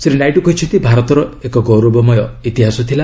ଶ୍ରୀ ନାଇଡୁ କହିଛନ୍ତି ଭାରତର ଏକ ଗୌରବମୟ ଇତିହାସ ଥିଲା